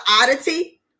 oddity